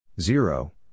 Zero